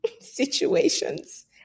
situations